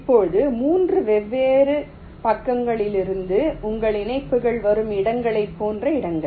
இப்போது 3 வெவ்வேறு பக்கங்களிலிருந்து உங்கள் இணைப்புகள் வரும் இடங்களைப் போன்ற இடங்கள்